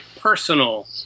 personal